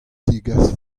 degas